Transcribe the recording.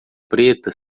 preta